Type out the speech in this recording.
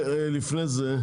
לפני זה,